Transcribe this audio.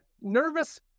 nervous